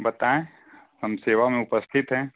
बताएँ हम सेवा में उपस्थित हैं